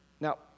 Now